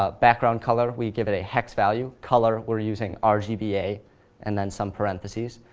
ah background color, we give it a hex value, color, we're using um rgba, and then some parentheses.